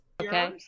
Okay